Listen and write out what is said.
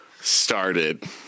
started